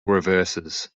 reverses